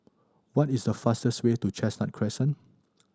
what is the fastest way to Chestnut Crescent